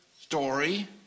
story